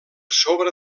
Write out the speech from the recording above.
sobre